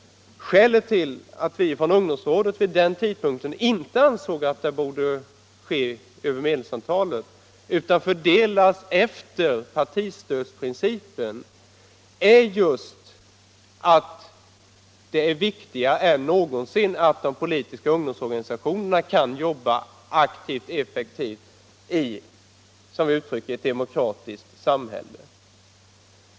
Skätet till att vi från ungdomsrådet vid den tidpunkten inte ansåg att man borde utgå från medlemsantalet utan att stödet skulle fördelas efter partistödsprincipen är just att det är viktigare än någonsin att de politiska ungdomsorganisationerna kan jobbaaktivt och effektivti som vi uttrycker det, ett demokratiskt samhälle.